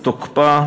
תקופת